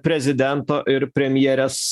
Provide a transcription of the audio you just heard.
prezidento ir premjerės